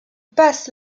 passe